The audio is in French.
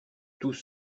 tous